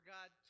God